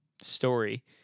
story